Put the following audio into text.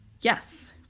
Yes